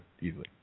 easily